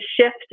shift